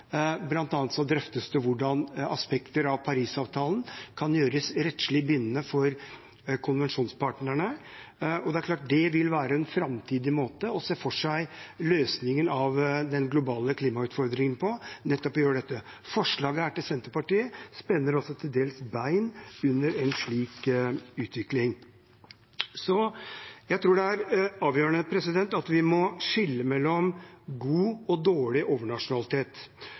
drøftes bl.a. hvordan aspekter ved Parisavtalen kan gjøres rettslig bindende for konvensjonspartnerne, og det er klart at å gjøre nettopp det vil være en framtidig måte å se for seg løsningen av den globale klimautfordringen på. Dette forslaget fra Senterpartiet spenner også til dels bein under en slik utvikling. Jeg tror det er avgjørende at vi skiller mellom god og dårlig overnasjonalitet.